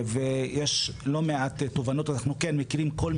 ויש לא מעט תובנות אנחנו כן מכירים כל מקרה.